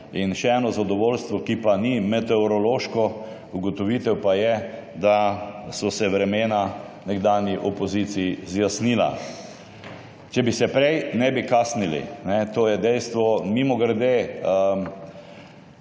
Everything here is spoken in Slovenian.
In še eno zadovoljstvo, ki pa ni meteorološko, ugotovitev pa je, da so se vremena nekdanji opoziciji zjasnila. Če bi se prej, ne bi kasnili. To je dejstvo. Mimogrede,